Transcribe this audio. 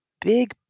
big